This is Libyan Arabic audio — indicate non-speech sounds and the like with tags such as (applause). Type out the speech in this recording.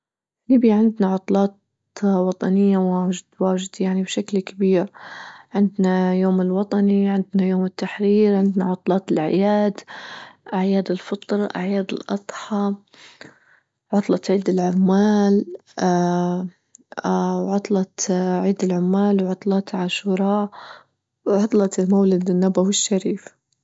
في ليبيا عندنا عطلات وطنية مواج-متواجدة يعني بشكل كبير، عندنا اليوم الوطني عندنا يوم التحرير عندنا عطلات الأعياد أعياد الفطرة أعياد الأضحى عطلة عيد العمال (hesitation) وعطلة اه عيد العمال وعطلات عاشوراء وعطلة المولد النبوي الشريف.